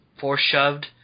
force-shoved